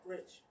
Rich